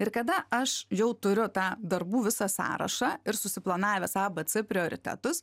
ir kada aš jau turiu tą darbų visą sąrašą ir susiplanavęs a b c prioritetus